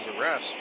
arrest